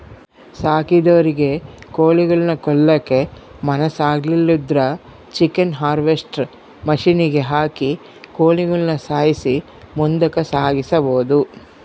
ಸಾಕಿದೊರಿಗೆ ಕೋಳಿಗುಳ್ನ ಕೊಲ್ಲಕ ಮನಸಾಗ್ಲಿಲ್ಲುದ್ರ ಚಿಕನ್ ಹಾರ್ವೆಸ್ಟ್ರ್ ಮಷಿನಿಗೆ ಹಾಕಿ ಕೋಳಿಗುಳ್ನ ಸಾಯ್ಸಿ ಮುಂದುಕ ಸಾಗಿಸಬೊದು